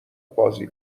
بازی